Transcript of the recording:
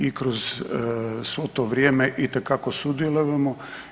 I kroz svo to vrijeme itekako sudjelujemo.